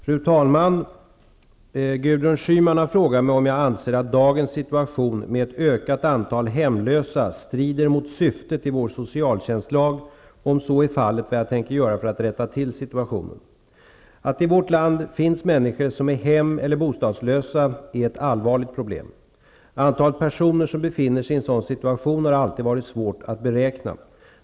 Fru talman! Gudrun Schyman har frågat mig om jag anser att dagens situation med ett ökat antal hemlösa strider mot syftet i vår socialtjänstlag och om så är fallet vad jag tänker göra för att rätta till situationen. Att det i vårt land finns människor som är hemeller bostadslösa är ett allvarligt problem. Antalet personer som befinner sig i en sådan situation har alltid varit svårt att beräkna.